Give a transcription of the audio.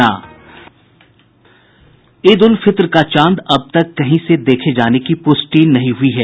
ईद उल फितर का चांद अब तक कहीं से देखे जाने की प्रष्टि नहीं हुई है